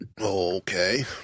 Okay